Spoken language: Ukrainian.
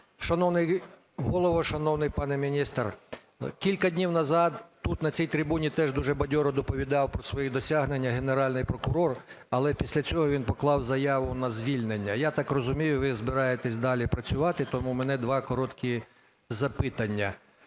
Шановний Голово, шановний пане міністре! Кілька днів назад тут на цій трибуні теж дуже бадьоро доповідав про свої досягнення Генеральний прокурор, але після цього він поклав заяву на звільнення. Я так розумію, ви збираєтесь далі працювати, тому у мене два коротких запитання.